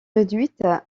réduite